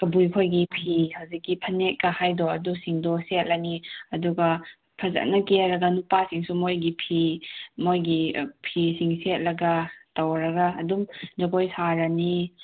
ꯀꯕꯨꯏ ꯈꯣꯏꯒꯤ ꯐꯤ ꯍꯧꯖꯤꯛꯀꯤ ꯐꯅꯦꯛꯀ ꯍꯥꯏꯗꯣ ꯑꯗꯨꯁꯤꯡꯗꯣ ꯁꯦꯠꯂꯅꯤ ꯑꯗꯨꯒ ꯐꯖꯅ ꯀꯦꯔꯒ ꯅꯨꯄꯥꯁꯤꯡꯁꯨ ꯃꯣꯏꯒꯤ ꯐꯤ ꯃꯣꯏꯒꯤ ꯐꯤꯁꯤꯡ ꯁꯦꯠꯂꯒ ꯇꯧꯔꯒ ꯑꯗꯨꯝ ꯖꯒꯣꯏ ꯁꯥꯔꯅꯤ